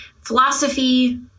philosophy